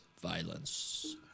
violence